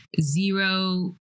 zero